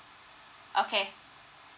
okay